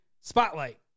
spotlight